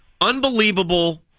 unbelievable